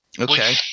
okay